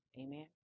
Amen